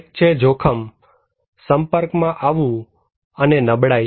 એક છે જોખમ સંપર્કમાં આવવું અને નબળાઈ